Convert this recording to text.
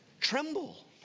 Tremble